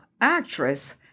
actress